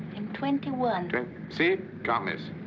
twenty one. twen. see? can't miss.